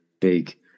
big